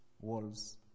wolves